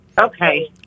Okay